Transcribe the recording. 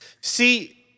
See